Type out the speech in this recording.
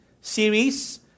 series